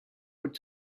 would